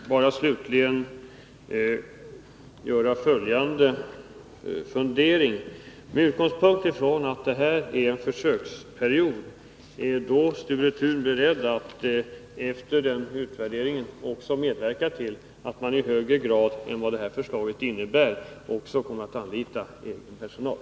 Herr talman! Får jag bara slutligen ställa följande fråga: Är Sture Thun, med utgångspunkt i att detta är en försöksperiod, beredd att efter utvärderingen medverka till att man i högre grad än vad förslaget innebär kommer att anlita egen personal?